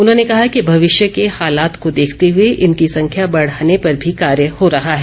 उन्होंने कहा कि भविष्य के हालात को देखते हुए इनकी संख्या बढ़ाने पर भी कार्य हो रहा है